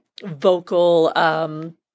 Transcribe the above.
vocal